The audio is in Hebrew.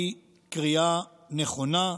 היא קריאה נכונה,